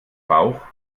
bauch